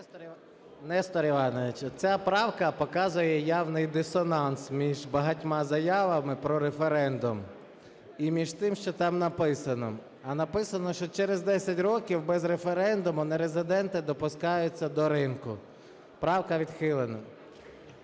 Несторе Івановичу ця правка показує явний дисонанс між багатьма заявами про референдум і між тим, що там написано. А написано, що через 10 років без референдуму нерезиденти допускаються до ринку. Правку відхилено.